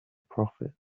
profit